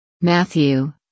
Matthew